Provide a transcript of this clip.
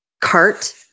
cart